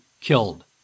killed